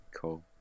Cool